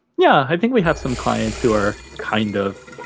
yeah. i think we have some clients who are kind of.